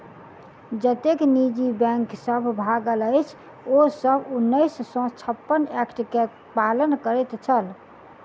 जतेक निजी बैंक सब भागल अछि, ओ सब उन्नैस सौ छप्पन एक्ट के पालन करैत छल